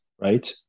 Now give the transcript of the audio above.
Right